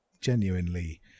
Genuinely